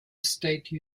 state